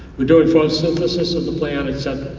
doing photosynthesis of the plant except